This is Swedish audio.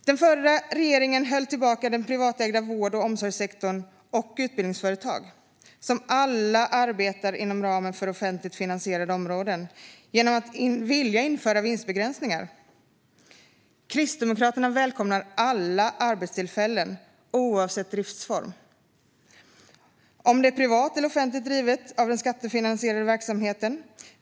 Den förra regeringen höll tillbaka den privatägda vård och omsorgssektorn och utbildningsföretag - som alla arbetar inom ramen för offentligt finansierade områden - genom att vilja införa vinstbegränsningar. Kristdemokraterna välkomnar alla arbetstillfällen, oavsett driftsform, om verksamheten är privat eller offentligt driven av den skattefinansierade verksamheten.